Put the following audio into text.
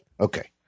Okay